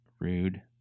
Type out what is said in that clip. Rude